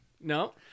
No